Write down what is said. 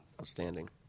Outstanding